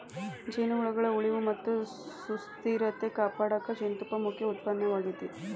ಜೇನುಹುಳಗಳ ಉಳಿವು ಮತ್ತ ಸುಸ್ಥಿರತೆ ಕಾಪಾಡಕ ಜೇನುತುಪ್ಪ ಮುಖ್ಯ ಉತ್ಪನ್ನವಾಗೇತಿ